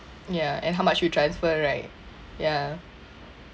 ya and how much you transfer right ya